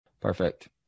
Perfect